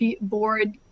board